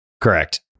Correct